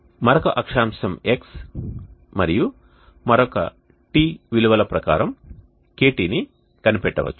మరొక అక్షాంశం x మరియు మరొక τ విలువల ప్రకారం KT ని కనిపెట్టవచ్చు